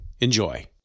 Enjoy